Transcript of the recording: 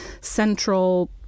central